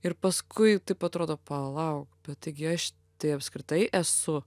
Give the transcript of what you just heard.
ir paskui taip atrodo palauk taigi aš tai apskritai esu